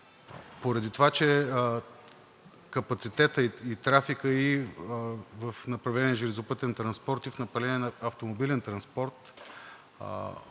Поради това че капацитетът и трафикът в направление „Железопътен транспорт“ и в направление „Автомобилен транспорт“